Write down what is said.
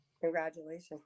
Congratulations